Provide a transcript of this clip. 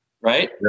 Right